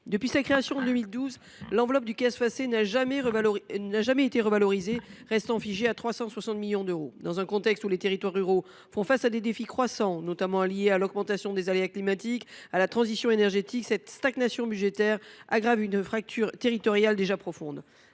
Depuis sa création en 2012, l’enveloppe du CAS Facé n’a jamais été revalorisée, restant figée à 360 millions d’euros. Dans un contexte où les territoires ruraux font face à des défis croissants, notamment liés à l’augmentation des aléas climatiques et à la transition énergétique, cette stagnation budgétaire aggrave une fracture territoriale déjà profonde.